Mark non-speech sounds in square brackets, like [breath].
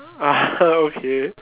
ah [breath] okay